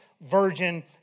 virgin